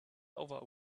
over